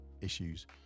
issues